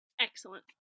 Excellent